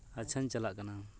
ᱟᱪᱪᱷᱟᱧ ᱪᱟᱞᱟᱜ ᱠᱟᱱᱟ